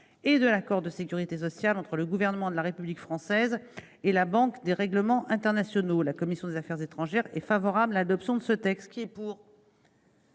et de l'accord de sécurité sociale entre le gouvernement de la République française et la Banque des règlements internationaux, la commission des Affaires étrangères est favorable, l'adoption de ce texte